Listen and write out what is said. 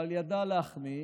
אבל ידע להחמיא